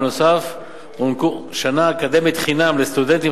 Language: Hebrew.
ובנוסף הענקנו שנה אקדמית חינם לסטודנטים